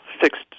fixed